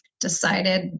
decided